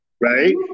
right